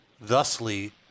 Thusly